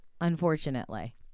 unfortunately